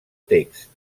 text